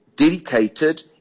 dedicated